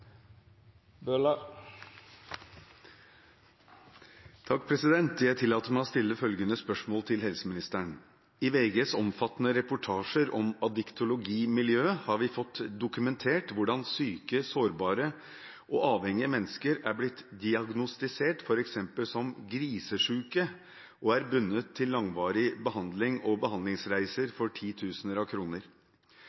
VGs omfattende reportasjer om Addictologi-miljøet har vi fått dokumentert hvordan syke, sårbare og avhengige mennesker er blitt diagnostisert f.eks. som «grisesjuke» og bundet til langvarig behandling og behandlingsreiser